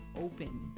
open